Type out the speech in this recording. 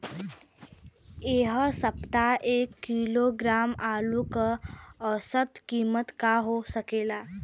एह सप्ताह एक किलोग्राम आलू क औसत कीमत का हो सकेला?